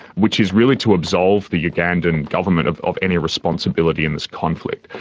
which is really to absolve the ugandan government of of any responsibility in this conflict.